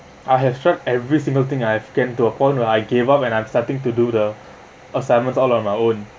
I have stuck every single thing I've gotten to a point where I gave up and I'm starting to do the assignments all of my own